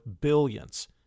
billions